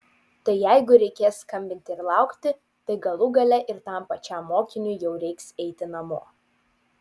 tai jeigu reikės skambinti ir laukti tai galų gale ir tam pačiam mokiniui jau reiks eiti namo